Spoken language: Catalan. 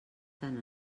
tant